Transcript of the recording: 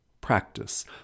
practice